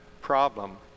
problem